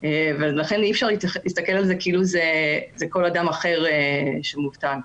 ואי-אפשר להסתכל על זה כמו על מובטלים רגילים.